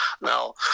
Now